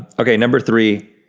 okay, number three.